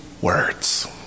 words